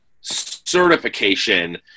certification